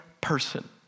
person